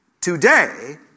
Today